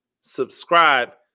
subscribe